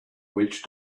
witch